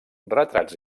retrats